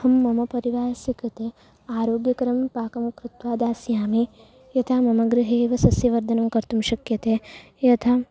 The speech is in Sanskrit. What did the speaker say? अहं मम परिवारस्य कृते आरोग्यकरं पाकं कृत्वा दास्यामि यथा मम गृहे एव सस्यवर्धनं कर्तुं शक्यते यथा